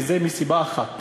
וזה מסיבה אחת,